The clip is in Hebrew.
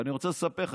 אני רוצה לספר לך,